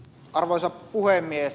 arvoisa puhemies